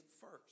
first